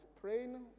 praying